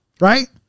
right